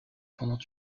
pendant